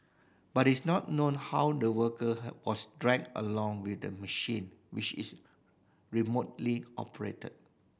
but it's not known how the worker was dragged along with the machine which is remotely operated